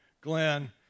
Glenn